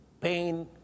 pain